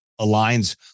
aligns